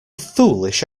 foolish